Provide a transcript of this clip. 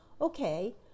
okay